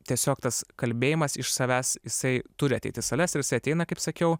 tiesiog tas kalbėjimas iš savęs jisai turi ateit į sales ir jisai ateina kaip sakiau